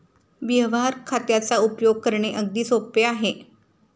व्यवहार खात्याचा उपयोग करणे अगदी सोपे आहे